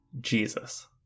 Jesus